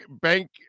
bank